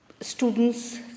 students